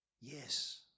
Yes